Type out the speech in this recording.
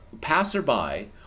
passerby